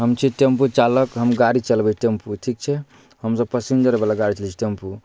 हम छी टेम्पू चालक हम गाड़ी चलबैत टेम्पू ठीक छै हमसब पैसिन्जर बला गाड़ी चलबैत छी टेम्पू